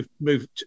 moved